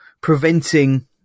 preventing